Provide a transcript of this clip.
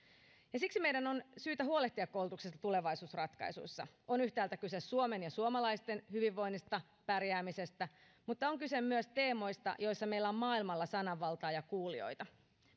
siksi meidän on syytä huolehtia koulutuksesta tulevaisuuden ratkaisuissa on yhtäältä kyse suomen ja suomalaisten hyvinvoinnista ja pärjäämisestä mutta on kyse myös teemoista joissa meillä on maailmalla sananvaltaa ja kuulijoita